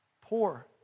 Poor